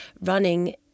running